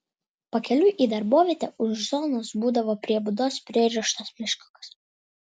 pakeliui į darbovietę už zonos būdavo prie būdos pririštas meškiukas